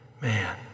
Man